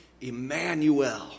Emmanuel